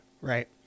right